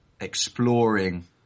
exploring